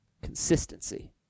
consistency